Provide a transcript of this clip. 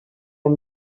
and